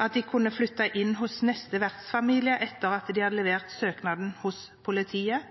at de kunne flytte inn hos neste vertsfamilie etter at de hadde levert søknaden hos politiet,